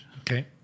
Okay